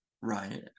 Right